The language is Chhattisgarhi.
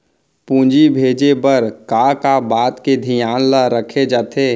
पूंजी भेजे बर का का बात के धियान ल रखे जाथे?